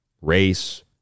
race